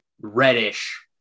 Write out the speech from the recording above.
Reddish